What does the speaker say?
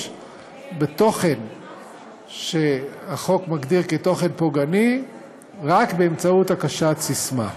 בתוכן שהחוק מגדיר כתוכן פוגעני רק באמצעות הקשת ססמה.